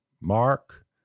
Mark